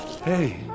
Hey